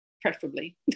preferably